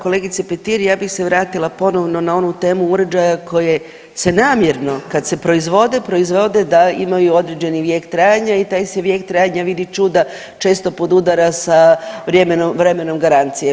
Kolegice Petir ja bih se vratila ponovno na onu temu uređaja koje se namjerno kada se proizvode, proizvode da imaju određeni vijek trajanja i taj se vijek trajanja vidi čuda često podudara sa vremenom garancije.